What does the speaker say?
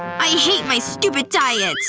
i hate my stupid diet!